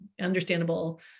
understandable